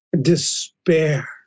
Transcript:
Despair